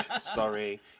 Sorry